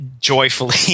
joyfully